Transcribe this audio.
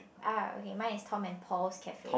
ah okay mine is Tom and Paul's Cafe